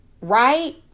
Right